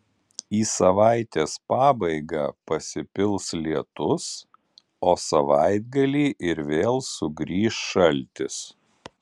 į savaitės pabaigą pasipils lietus o savaitgalį ir vėl sugrįš šaltis